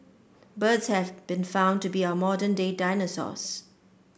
birds have been found to be our modern day dinosaurs